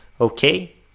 okay